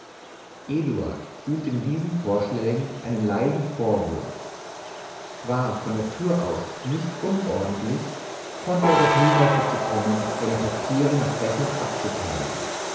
eduard fühlte in diesen vorschlägen einen leisen vorwurf zwar von natur nicht unordentlich konnte er doch niemals dazu kommen seine papiere nach fächern abzuteilen